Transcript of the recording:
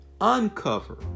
uncover